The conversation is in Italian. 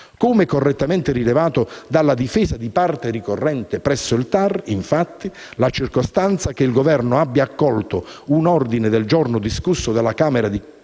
come correttamente rilevato dalla difesa di parte ricorrente, infatti, la circostanza che il Governo abbia accolto un ordine del giorno discusso dalla Camera dei Deputati